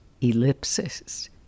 Ellipsis